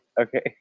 Okay